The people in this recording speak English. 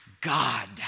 God